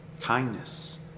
kindness